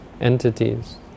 entities